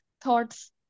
thoughts